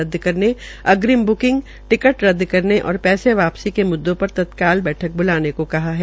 रद्द करने अग्रिम ब्किंग टिकट रद्द करने और पैसे वापसी के मुद्दो पर तत्काल बैठक ब्लाने को कहा है